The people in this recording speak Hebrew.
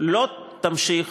לא תימשך,